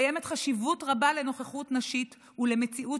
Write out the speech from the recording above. קיימת חשיבות רבה לנוכחות נשית ולמציאות